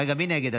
רגע, מי נגד?